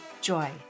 joy